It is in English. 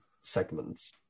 segments